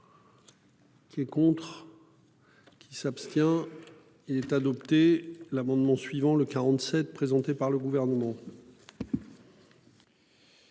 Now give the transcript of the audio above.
Qui est contre. Il s'abstient. Il est adopté l'amendement suivant le 47 présenté par le gouvernement.--